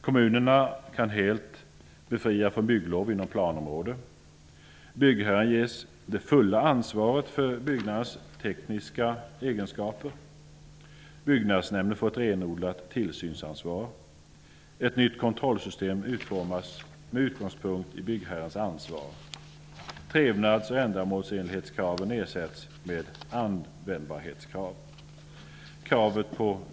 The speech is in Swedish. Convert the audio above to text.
Kommunerna kan helt befria från bygglov inom planområde. -- Byggherren ges det fulla ansvaret för byggnadens tekniska egenskaper. -- Byggnadsnämnden får ett renodlat tillsynsansvar. -- Ett nytt kontrollsystem utformas med utgångspunkt i byggherrens ansvar. -- Trevnads och ändamålsenlighetskraven ersätts med användbarhetskrav.